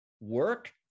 Work